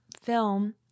film